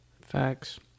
facts